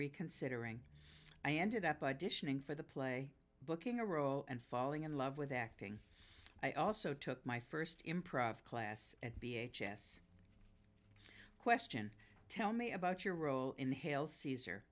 reconsidering i ended up edition for the play booking a role and falling in love with acting i also took my first improv class at b h s question tell me about your role in hail caesar